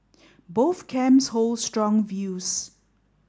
both camps hold strong views